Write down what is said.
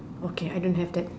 okay I don't have that